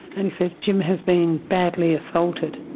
and he said, jim has been badly assaulted.